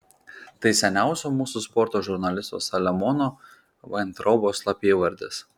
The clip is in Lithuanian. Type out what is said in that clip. tai seniausio mūsų sporto žurnalisto saliamono vaintraubo slapyvardis